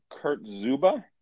Kurtzuba